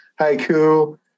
Haiku